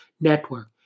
Network